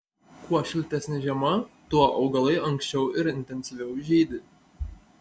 kuo šiltesnė žiema tuo augalai anksčiau ir intensyviau žydi